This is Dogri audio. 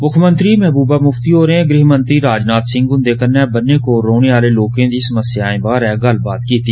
मुक्खमंत्री महबूबा मुफ्ती होरें गृहमंत्री राजनाथ सिंह हुंदे कन्नै बन्नै कोल रौहने आले लोकें दी समस्याएं बारे गल्लबात कीती